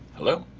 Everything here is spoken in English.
hello?